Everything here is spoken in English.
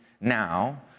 now